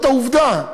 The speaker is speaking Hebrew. זאת העובדה.